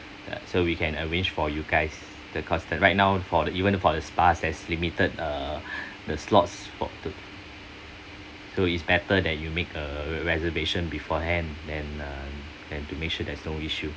uh so we can arrange for you guys the cause the right now for the even the for the spa has limited uh the slots for to so is better that you make a reservation beforehand and uh and to make sure there is no issue